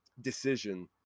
decision